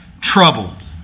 troubled